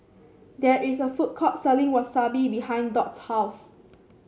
there is a food court selling Wasabi behind Dot's house